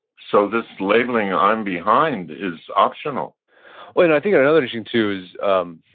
so this labeling, or i'm behind is optional well, and i think another thing too is a